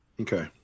Okay